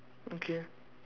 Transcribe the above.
okay